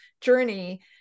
journey